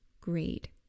grade